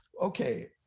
okay